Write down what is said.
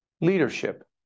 leadership